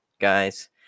guys